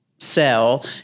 sell